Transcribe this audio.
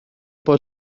bod